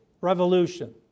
revolution